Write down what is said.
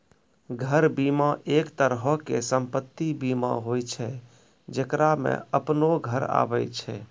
घर बीमा, एक तरहो के सम्पति बीमा होय छै जेकरा मे अपनो घर आबै छै